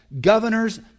governors